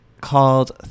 called